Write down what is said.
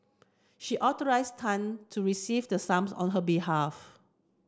she authorised Tan to receive the sums on her behalf